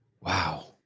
Wow